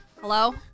hello